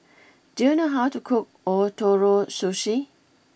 do you know how to cook Ootoro Sushi